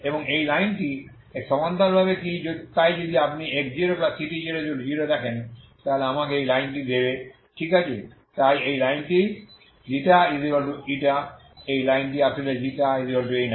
এবং এই লাইনটি এই সমান্তরালভাবে কি তাই যদি আপনি এই x0ct00 দেখেন তাহলে আমাকে এই লাইনটি দেবে ঠিক আছে তাই এই লাইনটি ঠিক ξ এই লাইনটি আসলে ξ